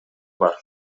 бар